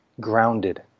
grounded